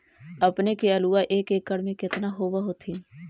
अपने के आलुआ एक एकड़ मे कितना होब होत्थिन?